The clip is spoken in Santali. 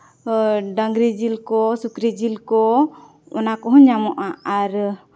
ᱰᱟᱝᱨᱤ ᱡᱤᱞ ᱠᱚ ᱥᱩᱠᱨᱤ ᱡᱤᱞ ᱠᱚ ᱚᱱᱟ ᱠᱚᱦᱚᱸ ᱧᱟᱢᱚᱜᱼᱟ ᱟᱨ